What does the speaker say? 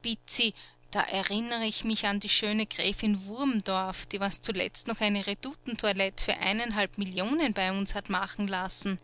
bitt sie da erinnere ich mich an die schöne gräfin wurmdorf die was zuletzt noch eine redoutentoilette für eineinhalb millionen bei uns hat machen lassen